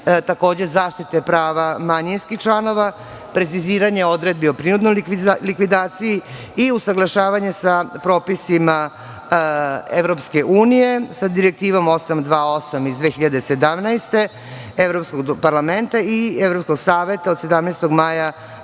takođe zaštite prava manjinskih članova je preciziranje odredbi o prinudnoj likvidaciji i usaglašavanje sa propisima EU, sa Direktivom 828 iz 2017. godine Evropskog parlamenta i Evropskog saveta od 17. maja